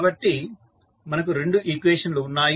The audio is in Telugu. కాబట్టి మనకు రెండు ఈక్వేషన్ లు ఉన్నాయి